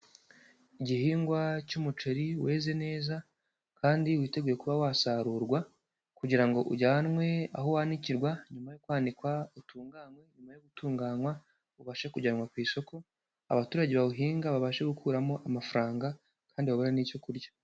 Igihingwa cy'umuceri weze neza, kandi witeguye kuba wasarurwa, kugira ngo ujyanwe aho wanikirwa, nyuma yo kwanikwa utunganywe, nyuma yo gutunganywa ubashe kujyanwa ku isoko. Abaturage bawuhinga babashe gukuramo amafaranga, kandi babonera n'icyo kurya.